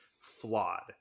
flawed